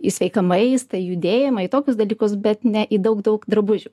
į sveiką maistą judėjimą į tokius dalykus bet ne į daug daug drabužių